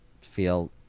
feel